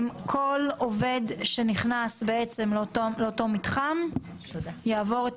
כל עובד שנכנס לאותו מתחם יעבור את